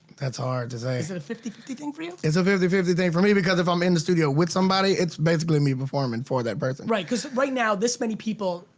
that's hard to say. is it a fifty fifty thing for you? it's a fifty fifty thing for me because if i'm in the studio with somebody it's basically me performing for that person. right, cause right now this many people,